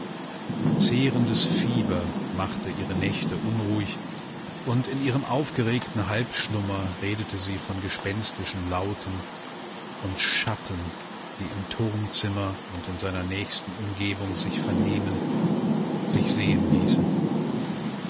zehrendes fieber machte ihre nächte unruhig und in ihrem aufgeregten halbschlummer redete sie von gespenstischen lauten und schatten die im turmzimmer und in seiner nächsten umgebung sich vernehmen sich sehen ließen